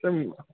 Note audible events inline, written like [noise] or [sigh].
[unintelligible]